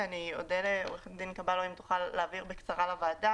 שאני אודה לעורכת הדין קבלו אם תוכל להבהיר בקצה לוועדה,